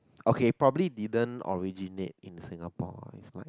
okay probably didn't originate in Singapore it's like